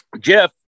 Jeff